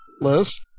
Liz